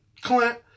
Clint